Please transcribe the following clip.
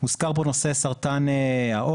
הוזכר פה הנושא סרטן העור,